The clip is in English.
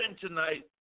tonight